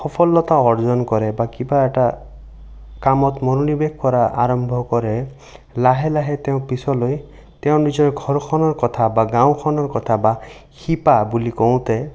সফলতা অৰ্জন কৰে বা কিবা এটা কামত মনোনিবেশ কৰা আৰম্ভ কৰে লাহে লাহে তেওঁ পিছলৈ তেওঁ নিজৰ ঘৰখনৰ কথা বা গাঁওখনৰ কথা বা শিপা বুলি কওঁতে